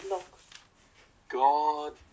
God